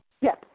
Yes